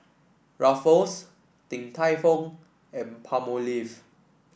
Ruffles Din Tai Fung and Palmolive